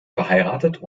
verheiratet